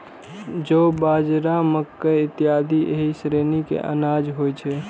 जौ, बाजरा, मकइ इत्यादि एहि श्रेणी के अनाज होइ छै